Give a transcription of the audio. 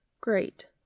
Great